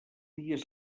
dies